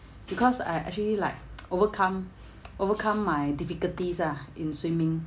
because I actually like overcome overcome my difficulties ah in swimming